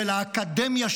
של האקדמיה,